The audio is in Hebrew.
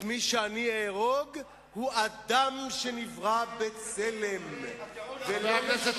מי שאני אהרוג הוא אדם שנברא בצלם, ולא משנה,